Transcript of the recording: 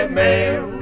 mail